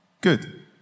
good